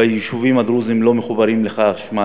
ביישובים הדרוזיים לא מחוברים לחשמל.